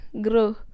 grow